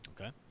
Okay